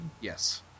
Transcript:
Yes